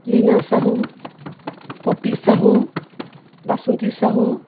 Leena Sahu Papi Sahu Basanti Sahu